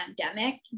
pandemic